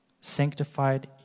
sanctified